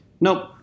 nope